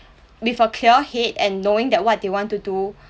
with a clear head and knowing that what they want to do